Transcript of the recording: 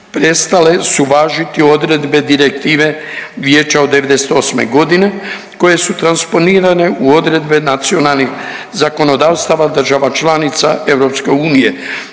prestale su važiti odredbe Direktive Vijeća od '98. godine koje su transponirane u odredbe nacionalnih zakonodavstava država članica EU.